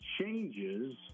changes